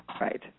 right